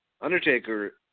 Undertaker